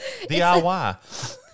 DIY